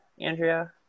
Andrea